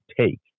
take